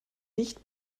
nicht